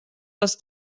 els